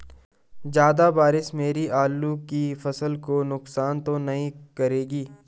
ज़्यादा बारिश मेरी आलू की फसल को नुकसान तो नहीं करेगी?